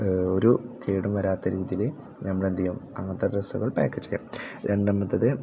ഒരു കേടും വരാത്ത രീതിയിൽ നമ്മളെന്തു ചെയ്യും അങ്ങനത്തെ ഡ്രസ്സുകൾ പാക്ക് ചെയ്യണം രണ്ടാമത്തത്